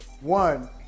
One